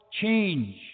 change